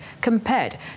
compared